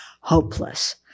hopeless